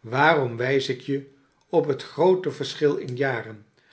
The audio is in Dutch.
waarom wijs ik je op het groote verschil in jaren